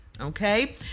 okay